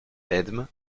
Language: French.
edme